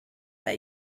that